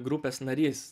grupės narys